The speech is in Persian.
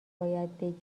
باید